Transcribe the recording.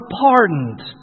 pardoned